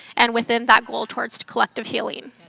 and within that goal towards collective healing.